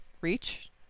reach